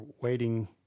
waiting